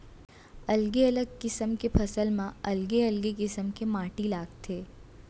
अलगे अलग किसम के फसल म अलगे अलगे किसम के माटी लागथे